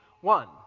one